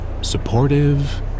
Supportive